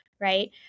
right